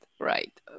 right